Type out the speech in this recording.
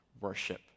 worship